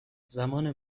زمان